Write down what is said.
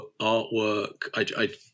artwork